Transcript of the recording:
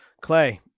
clay